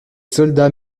soldats